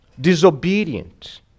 disobedient